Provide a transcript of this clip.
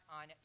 on